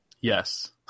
Yes